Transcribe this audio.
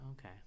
okay